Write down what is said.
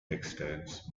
textiles